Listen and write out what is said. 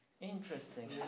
Interesting